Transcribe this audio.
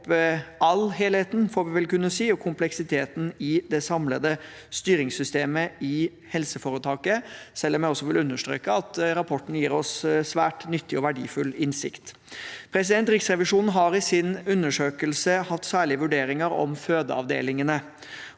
opp all helheten – får vi vel kunne si – og kompleksiteten i det samlede styringssystemet i helseforetaket, selv om jeg også vil understreke at rapporten gir oss svært nyttig og verdifull innsikt. Riksrevisjonen har i sin undersøkelse hatt særlige vurderinger om fødeavdelingene.